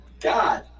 God